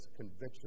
conviction